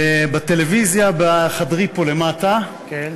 בטלוויזיה, בחדרי פה למטה, כן?